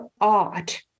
art